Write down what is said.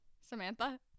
Samantha